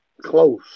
close